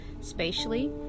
spatially